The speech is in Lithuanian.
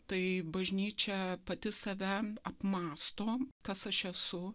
tai bažnyčia pati save apmąsto kas aš esu